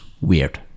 weird